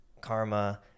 Karma